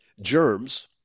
germs